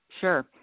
sure